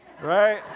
Right